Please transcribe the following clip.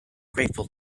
grateful